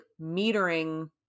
metering